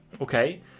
okay